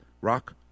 Rock